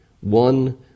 one